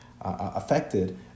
affected